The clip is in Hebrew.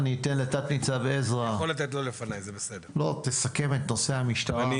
תת-ניצב עזרא, תסכם את נושא המשטרה.